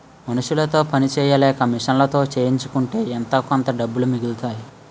మనుసులతో పని సెయ్యలేక మిషన్లతో చేయించుకుంటే ఎంతోకొంత డబ్బులు మిగులుతాయి